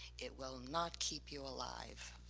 it will not keep you alive.